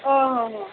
ᱳᱚ ᱦᱚᱦᱚ